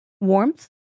Warmth